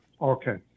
okay